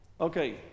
Okay